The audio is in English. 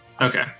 Okay